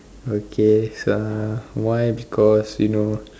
okay uh why because you know